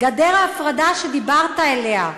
גדר ההפרדה, שדיברת עליה,